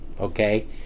okay